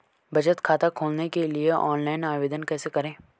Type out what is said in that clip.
बचत खाता खोलने के लिए ऑनलाइन आवेदन कैसे करें?